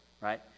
Right